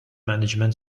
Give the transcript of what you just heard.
management